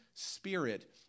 Spirit